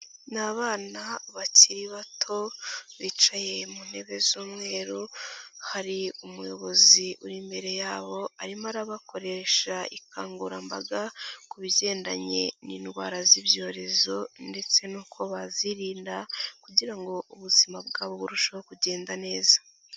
Ni abana bakiri bato bicaye mu ntebe z'umweru, hari umuyobozi uri imbere yabo arimo arabakoresha ubukangurambaga ku bigendanye n'indwara z'ibyorezo ndetse n'uko bazirinda kugira ngo ubuzima bwabo burusheho kugenda neza.